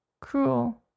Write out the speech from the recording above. Cruel